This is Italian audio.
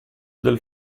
del